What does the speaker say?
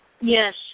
Yes